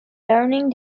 learning